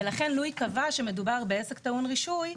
ולכן לו יקבע שמדובר בעסק טעון רישוי,